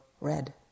red